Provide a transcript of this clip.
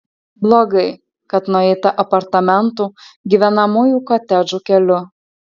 blogai kad nueita apartamentų gyvenamųjų kotedžų keliu